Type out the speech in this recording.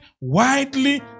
widely